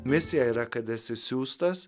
misija yra kad esi siųstas